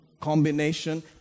combination